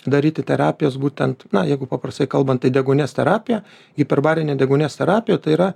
daryti terapijas būtent na jeigu paprastai kalbant tai deguonies terapija hiperbarinė deguonies terapija tai yra